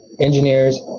engineers